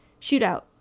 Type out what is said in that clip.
shootout